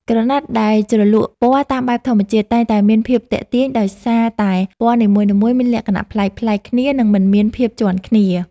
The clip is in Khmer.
ក្រណាត់ដែលជ្រលក់ពណ៌តាមបែបធម្មជាតិ តែងតែមានភាពទាក់ទាញដោយសារតែពណ៌នីមួយៗមានលក្ខណៈប្លែកៗគ្នា និង មិនមានភាពជាន់គ្នា។